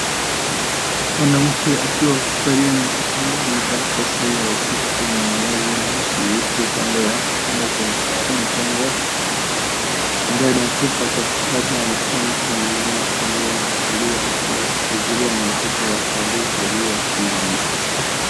Mwanamke akiwa hospitalini akiwa amevaa kofia ya usiku na mavazi meusi huku kando cha kitanda cha mtoto mchanga. Ndani ya chumba cha hospitali inaonekana kuwa ni mama anaye angalia au kuangalia na mtoto wake aliyezaliwa hivi,